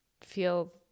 feel